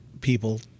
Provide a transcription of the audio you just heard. people